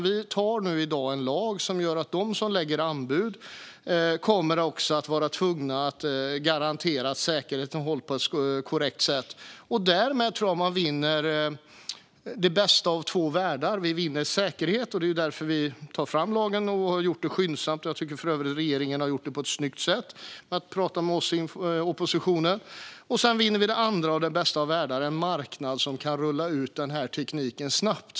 Vi antar nu i dag en lag som gör att de som lägger anbud också kommer att vara tvungna att garantera att säkerheten hålls på ett korrekt sätt. Därmed tror jag att man vinner två saker ur den bästa av världar. Vi vinner säkerhet, och det är därför vi tar fram lagen och har gjort det skyndsamt. Jag tycker för övrigt att regeringen har gjort detta på ett snyggt sätt när de har pratat med oss i oppositionen. Vi vinner också det andra i den bästa av världar: en marknad som kan rulla ut tekniken snabbt.